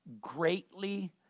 greatly